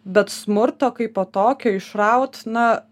bet smurto kaipo tokio išraut na